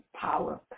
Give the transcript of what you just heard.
power